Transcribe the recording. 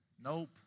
Nope